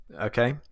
Okay